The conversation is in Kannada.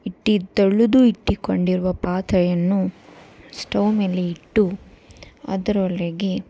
ಇಟ್ಟು ತೊಳೆದು ಇಟ್ಟುಕೊಂಡಿರುವ ಪಾತ್ರೆಯನ್ನು ಸ್ಟವ್ ಮೇಲೆ ಇಟ್ಟು ಅದರೊಳಗೆ